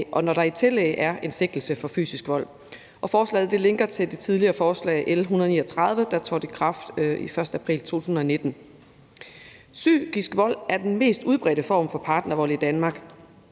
og når der i tillæg er en sigtelse for fysisk vold. Forslaget linker til det tidligere forslag L 139, der trådte i kraft den 1. april 2019. Psykisk vold er den mest udbredte form for partnervold i Danmark.